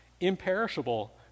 Imperishable